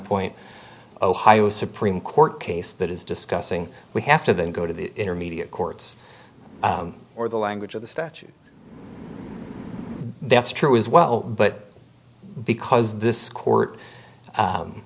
point ohio supreme court case that is discussing we have to then go to the intermediate courts or the language of the statute that's true as well but because this court